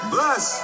Bless